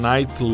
Night